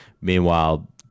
Meanwhile